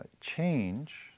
change